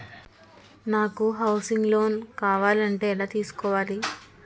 నాకు housing loan కావాలంటే ఎలా తీసుకోవాలి?